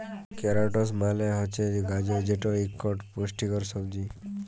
carrots মালে হছে গাজর যেট ইকট পুষ্টিকর সবজি